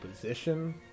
position